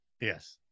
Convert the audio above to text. Yes